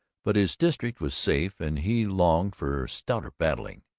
but his district was safe and he longed for stouter battling.